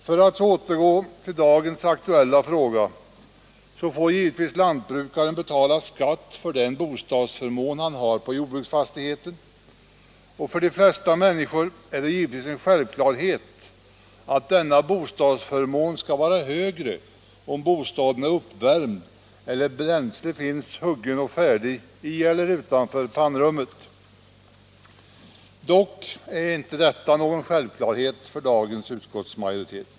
För att nu återgå till dagens aktuella fråga så får lantbrukaren givetvis betala skatt för den bostadsförmån som han har på jordbruksfastigheten, och för de flesta människor är det givetvis en självklarhet att denna bostadsförmån skall vara högre om bostaden är uppvärmd eller om bränsle finns hugget och färdigt i eller utanför pannrummet. Detta är dock ingen självklarhet för dagens utskottsmajoritet.